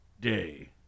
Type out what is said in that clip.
Day